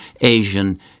Asian